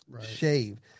shave